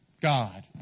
God